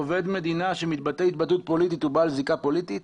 עובד מדינה שמתבטא התבטאות פוליטית הוא בעל זיקה פוליטית?